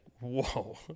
whoa